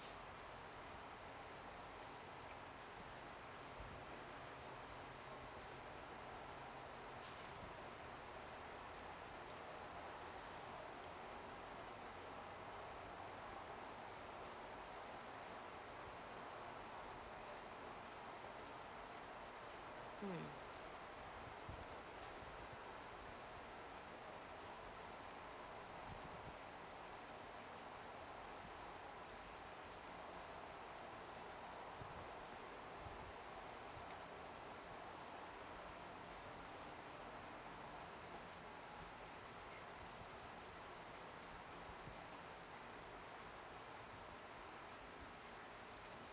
mm